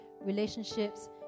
relationships